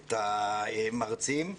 את המרצים,